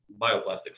bioplastics